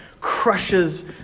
crushes